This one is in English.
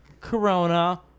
Corona